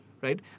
right